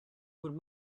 would